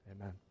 Amen